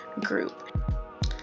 group